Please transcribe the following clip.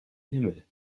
himmel